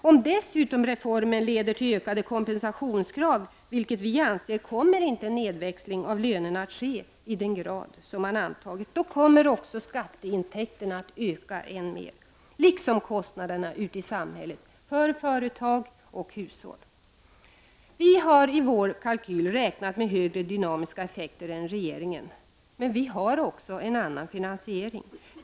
Om dessutom reformen leder till ökade kompensationskrav, vilket vi anser att den gör, kommer inte en nedväxling av lönerna att ske i den grad som man antagit. Då kommer också skatteintäkterna att öka än mer, liksom kostnaderna ute i samhället för företag och hushåll. Vi har i vår kalkyl räknat med högre dynamiska effekter än regeringen, men vi har också en annan finansiering.